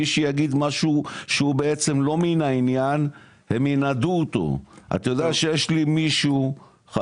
כמובן שזו לא ההצעה ששר האוצר --- יש לי רעיון,